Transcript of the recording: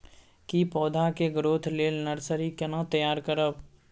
की पौधा के ग्रोथ लेल नर्सरी केना तैयार करब?